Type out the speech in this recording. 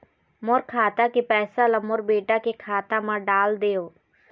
मोर खाता के पैसा ला मोर बेटा के खाता मा डाल देव?